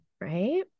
right